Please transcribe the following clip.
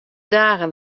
dagen